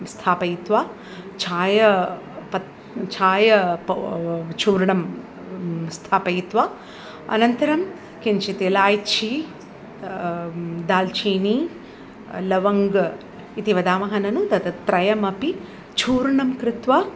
स्थापयित्वा चाय पत् चाय पो चूर्णं स्थापयित्वा अनन्तरं किञ्चित् इलाय्चि दाल्चीनि लवङ्ग् इति वदामः ननु तत् त्रयमपि चूर्णं कृत्वा